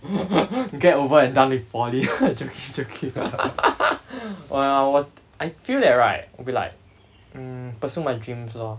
get over and done with poly !wah! 我 I feel that right will be like mm pursue my dreams lah